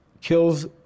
kills